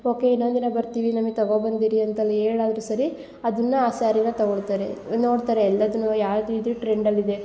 okay ಇನ್ನೊಂದು ದಿನ ಬರ್ತೀವಿ ನಮಗೆ ತಗೊಬಂದಿರಿ ಅಂತ್ ಅಲ್ಲಿ ಹೇಳಾರು ಸರಿ ಅದನ್ನ ಆ ಸ್ಯಾರಿನ ತಗೊಳ್ತಾರೆ ನೋಡ್ತಾರೆ ಎಲ್ಲದುನು ಯಾವ್ದು ಇದು ಟ್ರೆಂಡಲ್ಲಿದೆ